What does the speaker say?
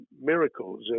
miracles